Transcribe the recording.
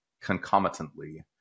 concomitantly